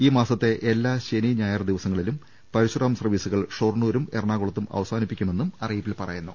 ഈ മാസത്തെ എല്ലാ ശനി ഞായർ ദിവസങ്ങളിലും പര ശുറാം സർവീസുകൾ ഷൊർണൂരും എറണാകുളത്തും അവ സാനിപ്പിക്കുമെന്നും അറിയിപ്പിൽ പറയുന്നു